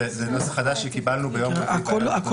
זה נוסח חדש שקיבלנו ביום --- מכובדיי,